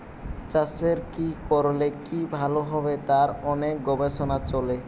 চাষের কি করলে কি ভালো হবে তার অনেক গবেষণা চলে